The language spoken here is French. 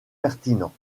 pertinents